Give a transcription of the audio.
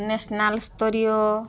national ସ୍ତରୀୟ